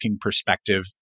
perspective